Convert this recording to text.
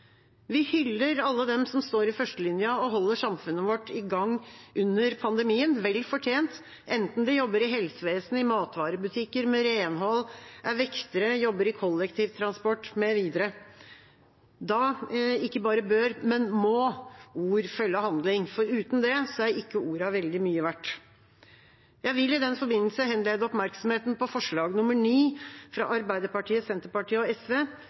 Vi hyller alle dem som står i førstelinja og holder samfunnet vårt i gang under pandemien, vel fortjent, enten de jobber i helsevesenet, i matvarebutikker, med renhold, er vektere, jobber i kollektivtransport mv. Da ikke bare bør, men må ord følge handling, for uten det er ikke ordene veldig mye verdt. Jeg vil i den forbindelse henlede oppmerksomheten på forslag nr. 9, fra Arbeiderpartiet, Senterpartiet og SV,